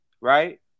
right